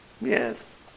Yes